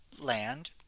land